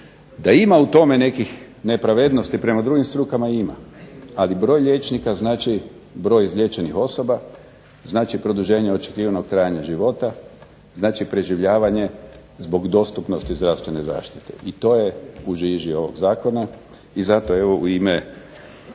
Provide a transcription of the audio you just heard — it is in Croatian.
Da ima u tome nekih nepravednosti prema drugim strukama ima, ali broj liječnika znači broj izliječenih osoba, znači produženje očekivanog trajanja života, znači preživljavanje zbog dostupnosti zdravstvene zaštite i to je u žiži ovog Zakona i zato u ime